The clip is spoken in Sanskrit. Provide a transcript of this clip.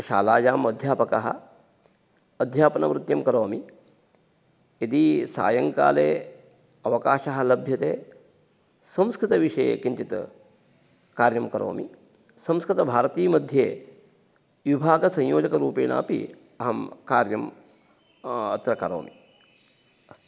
शालायाम् अध्यापकः अध्यापनवृत्तिं करोमि यदि सायङ्काले अवकाशः लभ्यते संस्कृतविषये किञ्चित् कार्यं करोमि संस्कृतभारती मध्ये विभागसंयोजकरूपेणापि अहं कार्यम् अत्र करोमि अस्तु